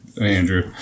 Andrew